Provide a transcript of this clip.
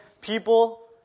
people